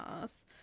yes